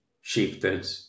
shifted